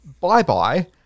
bye-bye